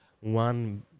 one